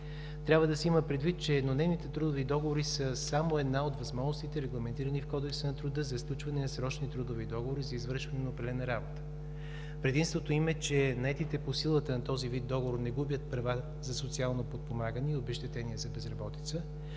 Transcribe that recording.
Трябва да се има предвид, че еднодневните трудови договори са само една от възможностите, регламентирани в Кодекса на труда, за сключване на срочни трудови договори за извършване на определена работа. Предимството им е, че наетите по силата на този вид договор не губят права за социално подпомагане и обезщетение за безработица,